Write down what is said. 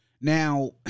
Now